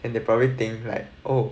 and they probably think like oh